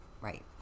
Right